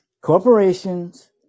corporations